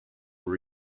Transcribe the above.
were